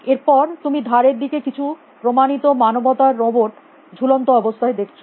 এর পরে তুমি ধারের দিকে কিছু প্রমাণিত মানবতার রোবট ঝুলন্ত অবস্থায় দেখছ